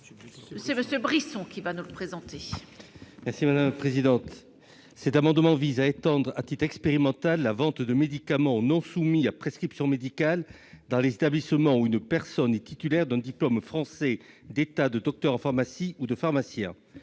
est ainsi libellé : La parole est à M. Max Brisson. Cet amendement vise à étendre, à titre expérimental, la vente de médicaments non soumis à prescription médicale dans les établissements où une personne est titulaire d'un diplôme français d'État de docteur en pharmacie ou de pharmacien.